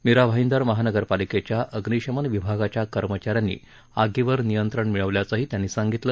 मीरा भाईदर महानगरपालिकेच्या अग्निशमन विभागाच्या कर्मचाऱ्यांनी आगीवर नियंत्रण मिळवल्याचंही त्यांनी सांगितलं